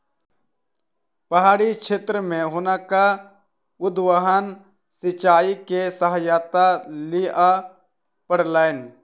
पहाड़ी क्षेत्र में हुनका उद्वहन सिचाई के सहायता लिअ पड़लैन